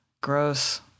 Gross